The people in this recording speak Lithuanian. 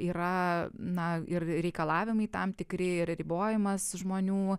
yra na ir reikalavimai tam tikri yra ribojimas žmonių